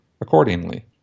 accordingly